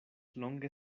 longe